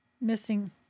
missing